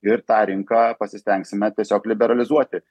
ir tą rinką pasistengsime tiesiog liberalizuoti